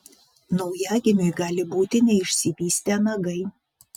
naujagimiui gali būti neišsivystę nagai